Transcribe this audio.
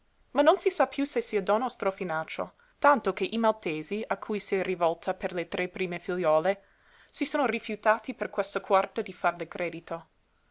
ma non si sa piú se sia donna o strofinaccio tanto che i maltesi a cui si è rivolta per le tre prime figliuole si sono rifiutati per questa quarta di farle credito